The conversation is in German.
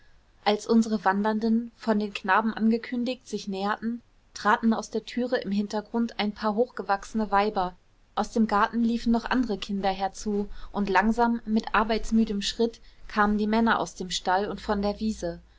als unsere wandernden von den knaben angekündigt sich näherten traten aus der türe im hintergrund ein paar hochgewachsene weiber aus dem garten liefen noch andere kinder herzu und langsam mit arbeitsmüdem schritt kamen die männer aus dem stall und von der wiese